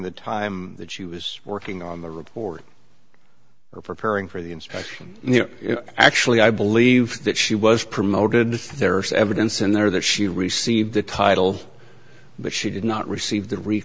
the time that she was working on the report we're preparing for the inspection you know actually i believe that she was promoted there is evidence in there that she received the title but she did not receive the re